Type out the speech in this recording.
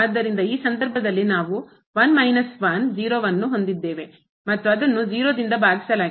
ಆದ್ದರಿಂದ ಈ ಸಂದರ್ಭದಲ್ಲಿ ನಾವು 1 ಮೈನಸ್ 1 0 ಅನ್ನು ಹೊಂದಿದ್ದೇವೆ ಮತ್ತು ಅದನ್ನು 0 ರಿಂದ ಭಾಗಿಸಲಾಗಿದೆ